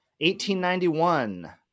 1891